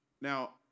now